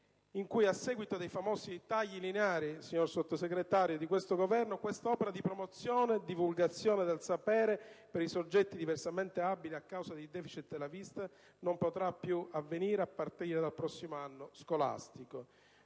in cui, a seguito dei famosi tagli lineari, signor Sottosegretario, dell'attuale Esecutivo, questa opera di promozione e divulgazione del sapere, per i soggetti diversamente abili a causa di *deficit* della vista, non potrà più avvenire a partire dal prossimo anno scolastico.